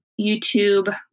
YouTube